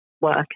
work